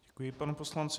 Děkuji panu poslanci.